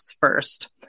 first